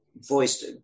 voiced